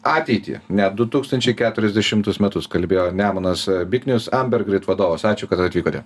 ateitį net du tūkstančiai keturiasdešimtus metus kalbėjo nemunas biknius ambergrit vadovas ačiū kad atvykote